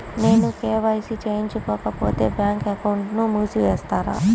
నేను కే.వై.సి చేయించుకోకపోతే బ్యాంక్ అకౌంట్ను మూసివేస్తారా?